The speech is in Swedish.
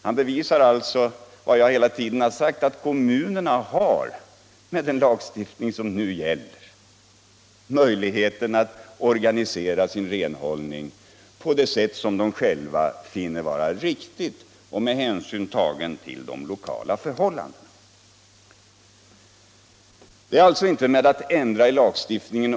Han bevisar alltså vad jag hela tiden har sagt, nämligen att kommunerna har, med den lagstiftning som nu gäller, möjligheten att organisera sin renhållning på det sätt som de själva och medborgarna finner vara riktigt med hänsyn till de lokala förhållandena. Det är alltså inte fråga om att ändra i lagstiftningen.